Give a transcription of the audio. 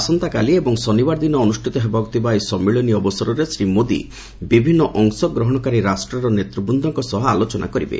ଆସନ୍ତାକାଲି ଏବଂ ଶନିବାର ଦିନ ଅନୁଷ୍ଠିତ ହେବାକୁ ଥିବା ଏହି ସମ୍ମିଳନୀ ଅବସରରେ ଶ୍ରୀ ମୋଦି ବିଭିନ୍ନ ଅଂଶଗ୍ରହଣକାରୀ ରାଷ୍ଟ୍ରର ନେତୃବୃନ୍ଦଙ୍କ ସହିତ ଆଲୋଚନା କରିବେ